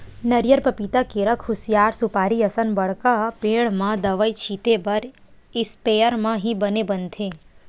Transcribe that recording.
नरियर, पपिता, केरा, खुसियार, सुपारी असन बड़का पेड़ म दवई छिते बर इस्पेयर म ही बने बनथे